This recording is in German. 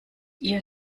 ihr